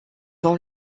vont